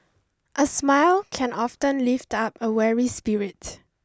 a smile can often lift up a weary spirit